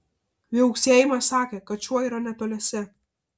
viauksėjimas sakė kad šuo yra netoliese